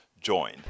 join